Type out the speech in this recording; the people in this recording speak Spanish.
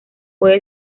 puede